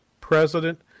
president